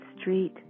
street